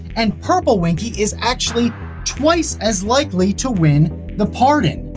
and purple winkey is actually twice as likely to win the pardon.